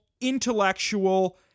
intellectual